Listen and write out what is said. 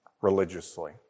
religiously